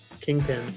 Kingpin